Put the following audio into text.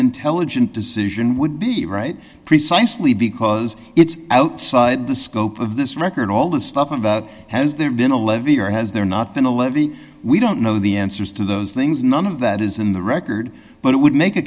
intelligent decision would be right precisely because it's outside the scope of this record all the stuff about has there been a levy or has there not been a levy we don't know the answers to those things none of that is in the record but it would make a